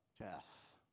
death